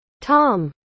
Tom